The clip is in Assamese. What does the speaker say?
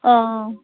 অঁ